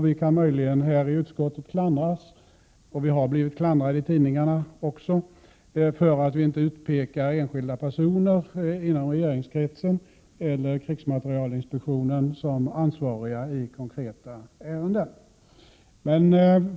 Vi kan möjligen i utskottet klandras — vi har också blivit klandrade i tidningarna — för att vi inte utpekar enskilda personer inom regeringskretsen eller i krigsmaterielinspektionen som ansvariga i konkreta ärenden.